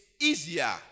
easier